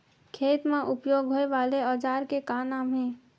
खेत मा उपयोग होए वाले औजार के का नाम हे?